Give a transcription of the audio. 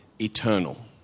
eternal